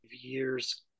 years